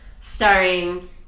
Starring